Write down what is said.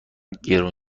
گرون